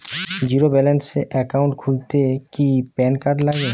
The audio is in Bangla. জীরো ব্যালেন্স একাউন্ট খুলতে কি প্যান কার্ড লাগে?